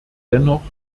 dennoch